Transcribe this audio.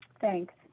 Thanks